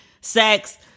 sex